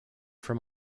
from